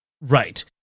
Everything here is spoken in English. Right